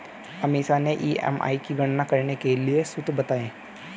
अमीषा ने ई.एम.आई की गणना करने के लिए सूत्र बताए